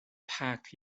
packed